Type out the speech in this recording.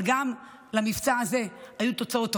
אבל גם למבצע הזה היו תוצאות טובות.